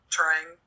trying